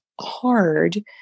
hard